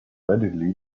readily